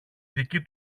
δική